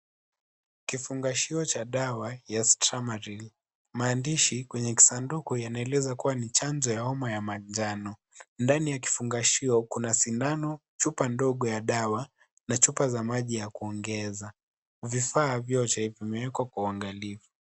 Kifungashio cha dawa ya stramaril maandishi kwenye kisanduku yanaeleza kuwa ni chanjo ya homa ya manjano, ndani ya kifungashio kuna sindano, chupa ndogo ya dawa na chupa za maji ya kuongeza, vifaa vyote vimewekwa kwa uangalifu.